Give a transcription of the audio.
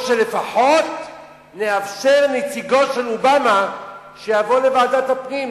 או שלפחות נאפשר לנציגו של אובמה לבוא לוועדת הפנים,